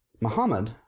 Muhammad